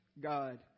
God